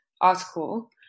article